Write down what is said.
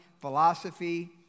philosophy